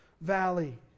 valley